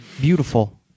beautiful